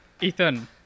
ethan